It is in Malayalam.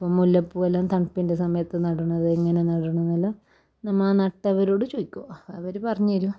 അപ്പോൾ മുല്ല പൂവെല്ലാം തണുപ്പിൻ്റെ സമയത്ത് നടുന്നത് അങ്ങനെ നടുന്നതെല്ലാം നമ്മൾ ആ നട്ടവരോട് ചോദിക്കും അവർ പറഞ്ഞ് തരും